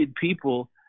people